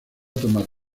tomar